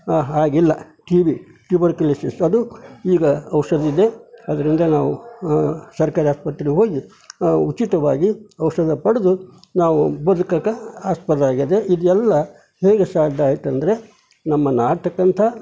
ಹಾಗಿಲ್ಲ TB tuberculosis ಅದು ಈಗ ಔಷಧಿ ಇದೆ ಅದರಿಂದ ನಾವು ಸರ್ಕಾರಿ ಆಸ್ಪತ್ರೆ ಹೋಗಿ ಉಚಿತವಾಗಿ ಔಷಧ ಪಡೆದು ನಾವು ಬದುಕೋಕ್ಕೆ ಆಸ್ಪದ ಆಗಿದೆ ಇದು ಎಲ್ಲ ಹೇಗೆ ಸಾಧ್ಯ ಆಯ್ತಂದ್ರೆ ನಮ್ಮನ್ನ ಆಳತಕ್ಕಂಥ